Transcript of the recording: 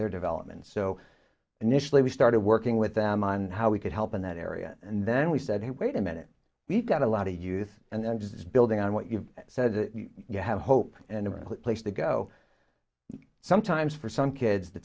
their development so initially we started working with them on how we could help in that area and then we said he wait a minute we've got a lot of youth and it's building on what you've said you have hope and place to go sometimes for some kids the